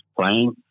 playing